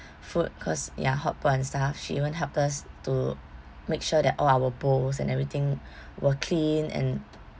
food cause ya hotpot and stuff she even helped us to make sure that all our bowls and everything were clean and